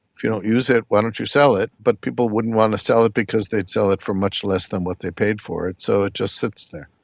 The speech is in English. if you don't use it, why don't you sell it? but people wouldn't want to sell it because they'd sell it for much less than what they paid for it, so it just sits there.